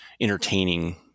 entertaining